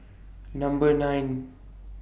Number nine